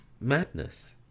madness